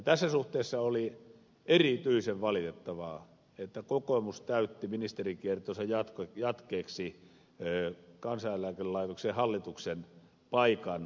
tässä suhteessa oli erityisen valitettavaa että kokoomus täytti ministerikiertonsa jatkeeksi kansaneläkelaitoksen hallituksen paikan kansanedustajalla